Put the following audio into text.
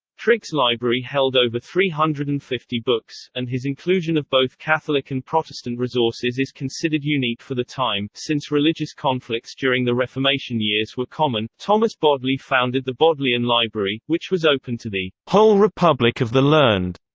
trigge's library held over three hundred and fifty books, and his inclusion of both catholic and protestant resources is considered unique for the time, since religious conflicts during the reformation years were common thomas bodley founded the bodleian library, which was open to the whole republic of the learned,